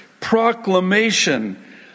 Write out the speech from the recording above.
proclamation